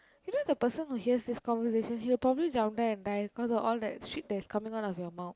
you know the person who hears this conversation here probably jump down and die because of all that shit that is coming out of your mouth